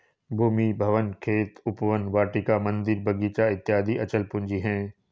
भूमि, भवन, खेत, उपवन, वाटिका, मन्दिर, बगीचा इत्यादि अचल पूंजी है